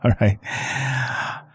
right